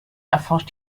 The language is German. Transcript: erforscht